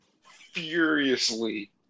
furiously